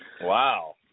Wow